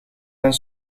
mijn